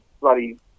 bloody